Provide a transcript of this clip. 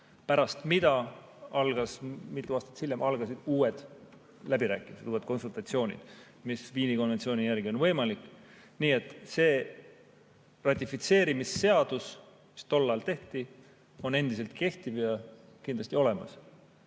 Pärast seda algasid mitu aastat hiljem uued läbirääkimised, uued konsultatsioonid, mis Viini konventsiooni järgi on võimalik. Nii et see ratifitseerimisseadus, mis tol ajal tehti, on endiselt kehtiv, kindlasti olemas.